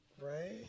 Right